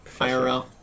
IRL